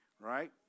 right